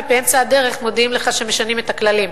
ובאמצע הדרך מודיעים לך שמשנים את הכללים,